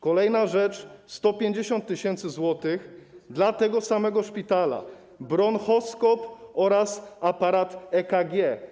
Kolejna rzecz. 150 tys. zł dla tego samego szpitala na bronchoskop oraz aparat EKG.